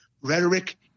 rhetoric